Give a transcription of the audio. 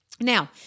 Now